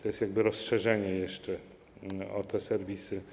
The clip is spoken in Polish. To jest jakby rozszerzenie jeszcze o te serwisy.